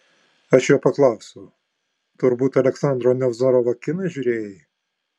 aš jo paklausiau turbūt aleksandro nevzorovo kiną žiūrėjai